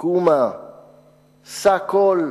קומה שא קול,